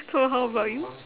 so how about you